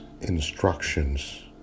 instructions